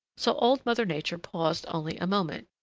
so old mother nature paused only a moment.